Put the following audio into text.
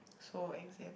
so exam